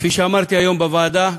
כפי שאמרתי היום בוועדה,